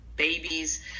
Babies